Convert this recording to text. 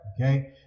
okay